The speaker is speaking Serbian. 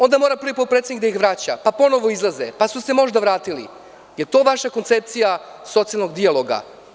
Onda mora prvi potpredsednik da ih vraća, pa ponovo izlaze, pa su se možda vratili, da li je to vaša koncepcija socijalnog dijaloga?